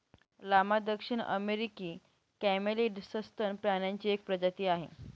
llama दक्षिण अमेरिकी camelid सस्तन प्राण्यांची एक प्रजाती आहे